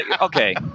Okay